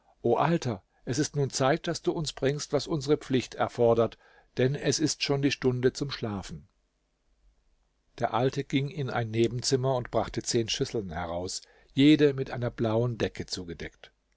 alter es ist nun zeit daß du uns bringst was unsre pflicht erfordert denn es ist schon die stunde zum schlafen der alte ging in ein nebenzimmer und brachte zehn schüsseln heraus jede mit einer blauen decke zugedeckt